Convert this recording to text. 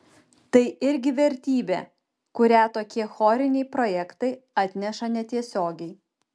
tai irgi vertybė kurią tokie choriniai projektai atneša netiesiogiai